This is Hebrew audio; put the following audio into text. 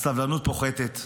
הסבלנות פוחתת,